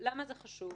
וזה חשוב.